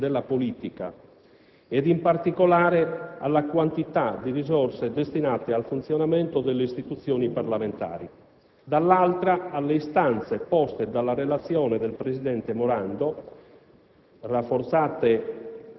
sollevate in ordine ai costi della politica, e in particolare alla quantità di risorse destinate al funzionamento delle istituzioni parlamentari; dall'altra, alle istanze poste dalla relazione del presidente Morando